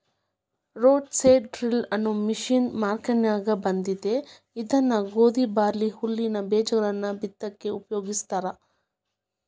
roto seed drill ಅನ್ನೋ machine ಮಾರ್ಕೆನ್ಯಾಗ ಬಂದೇತಿ ಇದನ್ನ ಗೋಧಿ, ಬಾರ್ಲಿ, ಹುಲ್ಲಿನ ಬೇಜಗಳನ್ನ ಬಿತ್ತಾಕ ಉಪಯೋಗಸ್ತಾರ